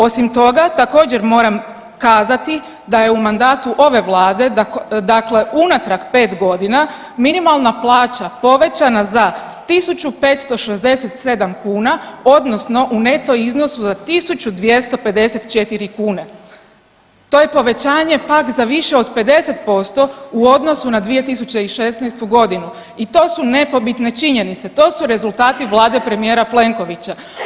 Osim toga također moram kazati da je u mandatu ove vlade unatrag pet godina minimalna plaća povećana za 1.567 kuna odnosno u neto iznosu za 1.254 kune, to je povećanje pak za više od 50% u odnosu na 2016.g. i to su nepobitne činjenice, to su rezultati vlade premijera Plenkovića.